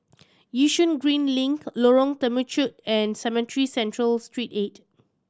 Yishun Green Link Lorong Temechut and Cemetry Central Street Eight